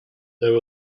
there